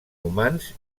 humans